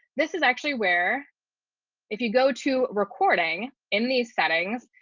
this is actually where if you go to recording in the settings,